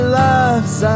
loves